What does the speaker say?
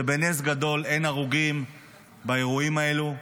ובנס גדול אין הרוגים באירועים האלה.